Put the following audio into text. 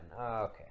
Okay